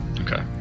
Okay